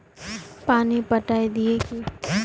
पानी पटाय दिये की?